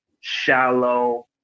shallow